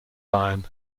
lion